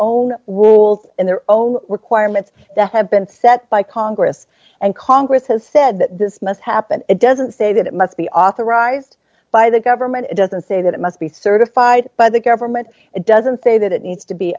wolf and their own requirements that have been set by congress and congress has said that this must happen it doesn't say that it must be authorized by the government it doesn't say that it must be certified by the government it doesn't say that it needs to be